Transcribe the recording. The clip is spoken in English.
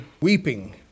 weeping